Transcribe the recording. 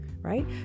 right